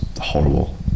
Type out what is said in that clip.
horrible